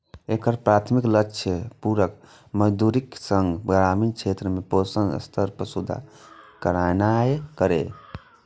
एकर प्राथमिक लक्ष्य पूरक मजदूरीक संग ग्रामीण क्षेत्र में पोषण स्तर मे सुधार करनाय रहै